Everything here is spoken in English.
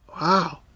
wow